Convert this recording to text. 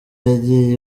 yagiye